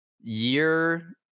year